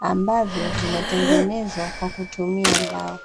ambavyo vimetengenezwa kwa kutumia mbao.